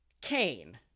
Kane